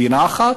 מדינה אחת?